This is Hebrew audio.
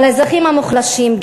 אבל האזרחים המוחלשים,